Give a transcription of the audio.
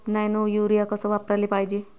Nano urea कस वापराले पायजे?